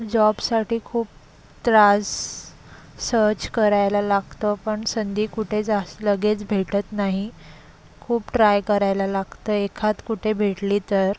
जॉबसाठी खूप त्रास सर्च करायला लागतो पण संधी कुठे जास्त लगेच भेटत नाही खूप ट्राय करायला लागतं एखादं कुठे भेटली तर